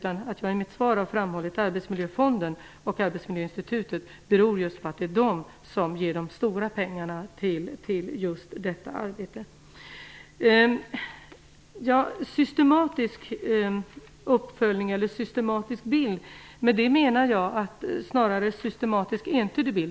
I mitt svar har jag framhållit Arbetsmiljöfonden och Arbetsmiljöinstitutet. Det beror just på att det är de som ger de stora pengarna till detta arbete. Med systematisk uppföljning eller systematisk bild menar jag snarare systematiskt entydig bild.